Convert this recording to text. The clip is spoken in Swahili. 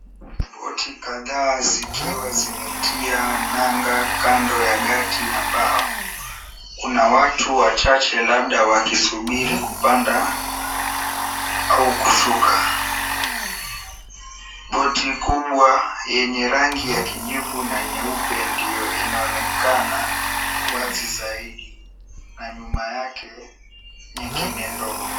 Boti kadhaa zikiwa zimetia nanga kando ya gati ya mbao. Kuna watu wachache labda wakisubiri kupanda au kushuka. Boti kubwa yenye rangi ya kijivu na nyeupe ndiyo inaonekana wazi zaidi, na nyuma yake nyingine ndogo.